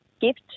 gift